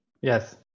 Yes